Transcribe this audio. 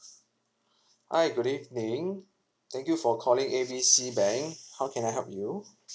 hi good evening thank you for calling A B C bank how can I help you